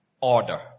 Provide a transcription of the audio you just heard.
order